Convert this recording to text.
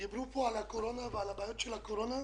דיברו פה על הבעיות של הקורונה.